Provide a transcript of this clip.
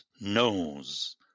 knows